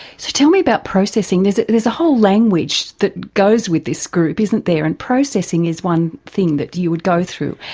so tell me about processing. there's a whole language that goes with this group, isn't there, and processing is one thing that you would go through.